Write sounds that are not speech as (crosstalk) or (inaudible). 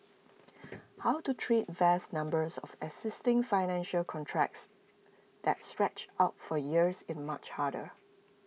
(noise) how to treat vast numbers of existing financial contracts that stretch out for years is much harder